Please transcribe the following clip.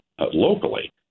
locally